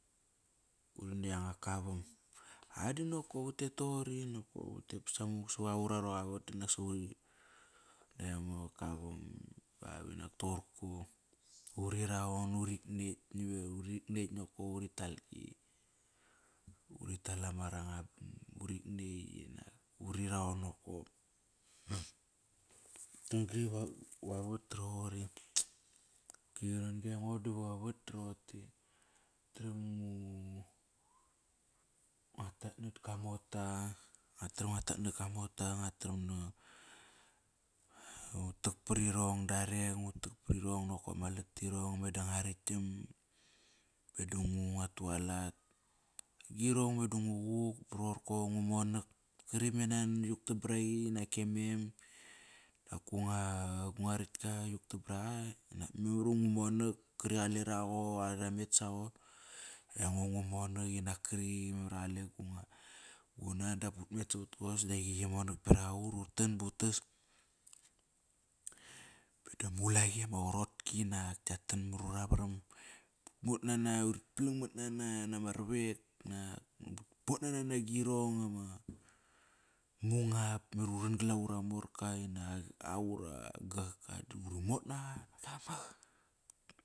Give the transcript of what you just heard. A dinokop utet toqori nokop utet samuk savar ura roqa avat dinak sa uri nekt ama cavam ba binak toqorko. Uri raon, uri nekt uri nekt nako, uri tal tekt. Uri tal ama rangam, ba uri nekt, uri raon nokop vavat do roqori. Aingo da vavat nguat tram nguatat nara gua mota, ngua tram ngutak parirong davek ngu tak prirong ama latirong. Meda ngua raktam, meda ngua tualat, agirong, meda nguquk ba rorko ngu monak, qari be nan yuktam baraqi inak e mem, gua rakt yuktam baraqa nak memar i ngumonak kri qalera qo. Are ramet saqo aingo ngu monak nak kri mari qale gu nan dap ut met sapkos naki qi monak berak aut, utan ba utas. Meda ma ulaqi ama qarotki nak kia tan mura varam. Urit motnana, urit palang mat nana. Nama ravek nak, urit mota nana nagirong ama mungap, mar uran gal morka inak ura aka, uri naqa samak.